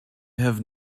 have